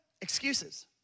Excuses